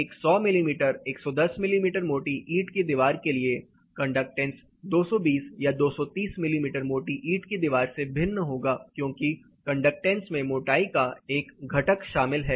एक 100 मिमी 110 मिमी मोटी ईंट की दीवार के लिए कंडक्टेंस 220 या 230 मिमी मोटी ईंट की दीवार से भिन्न होगा क्योंकि कंडक्टेंस में मोटाई का एक घटक शामिल है